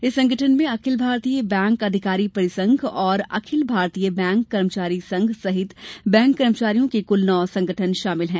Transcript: इस संगठन में अखिल भारतीय बैंक अधिकारी परिसंघ और अखिल भारतीय बैंक कर्मचारी संघ सहित बैंक कर्मचारियों के कुल नौ संगठन शामिल हैं